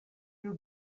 you